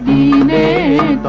e a